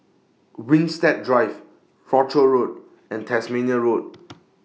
Winstedt Drive Rochor Road and Tasmania Road